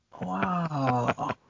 Wow